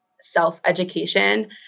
self-education